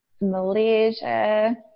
Malaysia